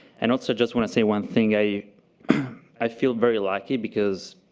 and also just want to say one thing. i i feel very lucky because